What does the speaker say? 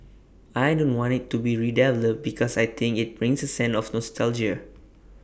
I don't want IT to be redeveloped because I think IT brings A sense of nostalgia